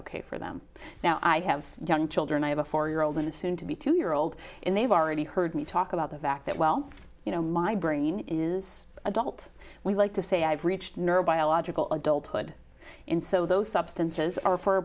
ok for them now i have young children i have a four year old and a soon to be two year old and they've already heard me talk about the fact that well you know my brain is adult we like to say i've reached neurobiological adulthood and so those substances are for